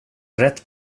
rätt